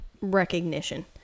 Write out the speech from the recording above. recognition